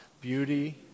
beauty